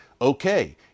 okay